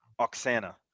Oksana